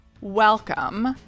welcome